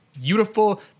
beautiful